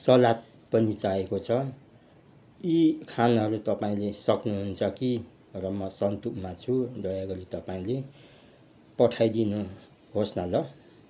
salad पनि चाहिएको छ यी खानाहरू तपाईँले सक्नुहुन्छ कि र म सन्तुकमा छु दया गरी तपाईँले पठाइ दिनुहोस् न ल